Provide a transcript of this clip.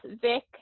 Vic